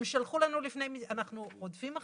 הם שלחו לנו, אנחנו רודפים אחריהם.